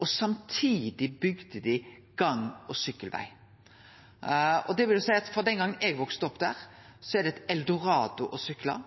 og samtidig bygde dei gang- og sykkelveg. Det vil seie at frå den gongen eg vaks opp der, er det eit eldorado å